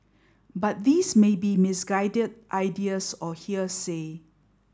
but these may be misguided ideas or hearsay